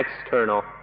external